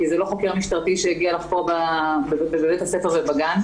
כי זה לא חוקר משטרתי שהגיע לחקור בבית הספר ובגן,